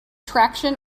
traction